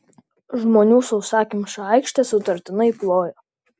žmonių sausakimša aikštė sutartinai plojo